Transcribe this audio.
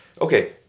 okay